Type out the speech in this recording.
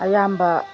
ꯑꯌꯥꯝꯕ